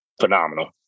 phenomenal